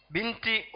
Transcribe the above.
Binti